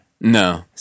no